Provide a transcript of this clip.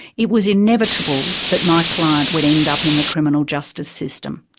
it was inevitable that my client would end up in the criminal justice system.